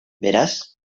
beraz